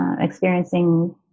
experiencing